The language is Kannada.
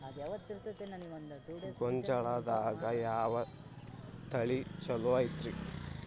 ಗೊಂಜಾಳದಾಗ ಯಾವ ತಳಿ ಛಲೋ ಐತ್ರಿ?